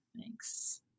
Thanks